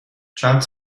چند